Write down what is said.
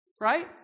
right